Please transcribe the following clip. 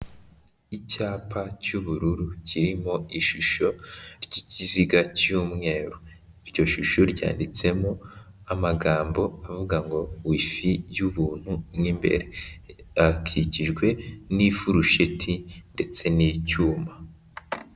Icyapa cy'ubururu kirimo ishusho cy'ikiziga cy'umweru, iryo shusho ryanditsemo amagambo avuga ngo: "wifi y'ubuntu mu imbere", hakikijwe n'ifurusheti ndetse n'icyuma.